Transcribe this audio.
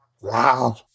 Wow